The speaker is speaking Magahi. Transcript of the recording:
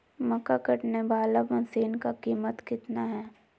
मक्का कटने बाला मसीन का कीमत कितना है?